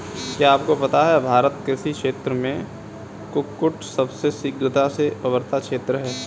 क्या आपको पता है भारत कृषि क्षेत्र में कुक्कुट सबसे शीघ्रता से उभरता क्षेत्र है?